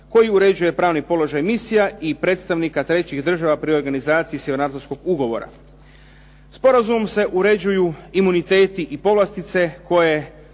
koji uređuje pravni položaj misija i predstavnika trećih država pri organizaciji Sjevernoatlantskog ugovora. Sporazumom se uređuju imuniteti i povlastice koje